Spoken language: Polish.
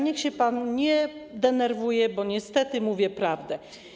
Niech się pan nie denerwuje, bo niestety mówię prawdę.